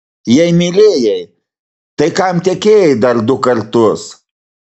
jei mylėjai tai kam tekėjai dar du kartus